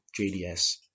JDS